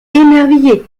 émerveillé